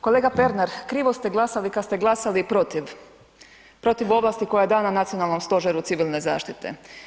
Kolega Pernar, krivo ste glasali kad ste glasali protiv, protiv ovlasti koja je dana Nacionalnom stožeru civilne zaštite.